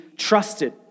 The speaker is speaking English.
trusted